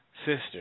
sister